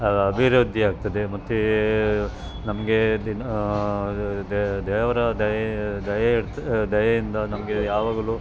ಅಭಿವೃದ್ಧಿಯಾಗ್ತದೆ ಮತ್ತು ನಮಗೆ ದೇವರ ದಯೆ ದಯೆ ಇರ್ತೆ ದಯೆಯಿಂದ ನಮಗೆ ಯಾವಾಗಲೂ